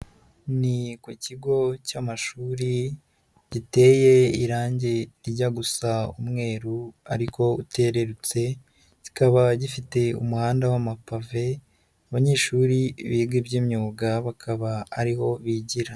Ni ku kigo cy'amashuri giteye irangi rijya gusa umweru ariko utererutse, kikaba gifite umuhanda w'amapave, abanyeshuri biga iby'imyuga bakaba ari ho bigira.